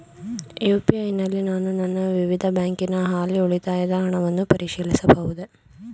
UPI ನಲ್ಲಿ ನಾನು ನನ್ನ ವಿವಿಧ ಬ್ಯಾಂಕಿನ ಹಾಲಿ ಉಳಿತಾಯದ ಹಣವನ್ನು ಪರಿಶೀಲಿಸಬಹುದೇ?